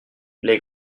les